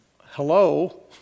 Hello